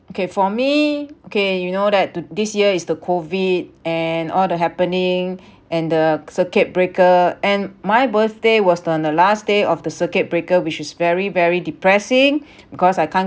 okay for me okay you know that to this year is the COVID and all the happening and the circuit breaker and my birthday was done on the last day of the circuit breaker which is very very depressing because I can't